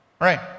Right